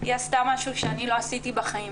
היא עשתה משהו שאני לא עשיתי בחיים.